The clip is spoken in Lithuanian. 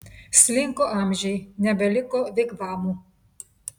slinko amžiai nebeliko vigvamų